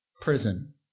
prison